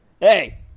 Hey